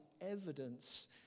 evidence